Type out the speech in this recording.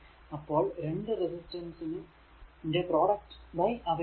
അപ്പോൾ രണ്ടു റെസിസ്റ്റൻസ് ന്റെ പ്രോഡക്റ്റ് ബൈ അവയുടെ തുക